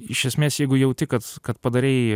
iš esmės jeigu jauti kad kad padarei